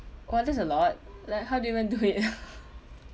!wah! that's a lot like how do you even do it